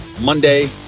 Monday